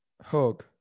Hug